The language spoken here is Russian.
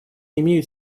имеют